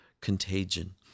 contagion